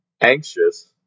anxious